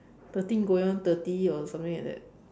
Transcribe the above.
thirteen going on thirty or something like that